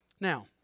Now